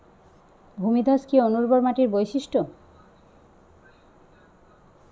ভূমিধস কি অনুর্বর মাটির বৈশিষ্ট্য?